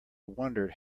wondered